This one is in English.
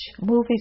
movies